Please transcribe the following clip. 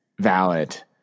valid